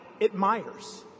admires